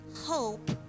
hope